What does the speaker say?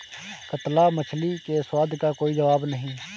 कतला मछली के स्वाद का कोई जवाब नहीं